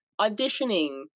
Auditioning